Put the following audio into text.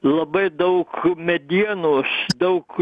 labai daug medienos daug